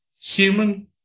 Human